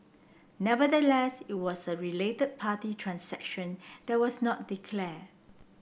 nevertheless it was a related party transaction there was not declare